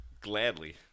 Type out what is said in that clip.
Gladly